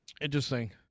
Interesting